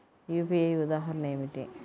UPI ఉదాహరణ ఏమిటి?